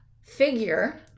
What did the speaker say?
figure